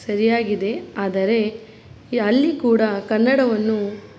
ಸರಿಯಾಗಿದೆ ಆದರೆ ಅಲ್ಲಿ ಕೂಡ ಕನ್ನಡವನ್ನು